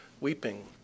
weeping